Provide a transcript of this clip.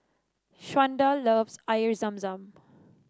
Shawnda loves Air Zam Zam